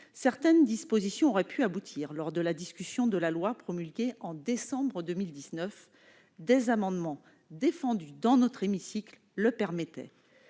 Certaines dispositions auraient pu aboutir lors de la discussion de la loi promulguée en décembre 2019. Des amendements défendus dans notre hémicycle le permettaient.